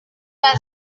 vacío